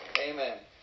Amen